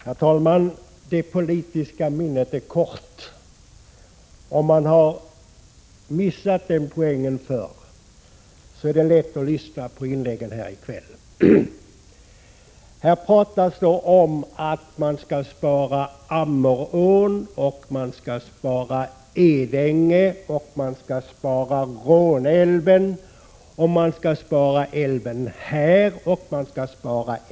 Herr talman! Det politiska minnet är kort. Om man har missat den poängen, går det att lyssna på inläggen här i kväll. Här pratas det om att man 152 skall spara Ammerån, Edänge, Råneälven, man skall spara älven här och älven där, eftersom riksdagen skall respektera den opinion som finns på — Prot.